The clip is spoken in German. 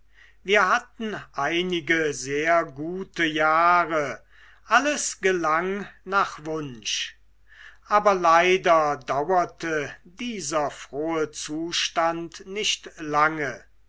wir hatten einige sehr gute jahre alles gelang nach wunsch aber leider dauerte dieser frohe zustand nicht lange